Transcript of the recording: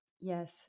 yes